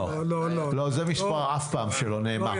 לא, זה מספר שלא נאמר אף פעם.